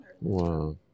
Wow